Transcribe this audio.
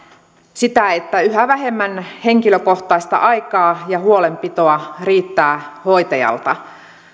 sitä että yhä vähemmän henkilökohtaista aikaa ja huolenpitoa riittää hoitajalta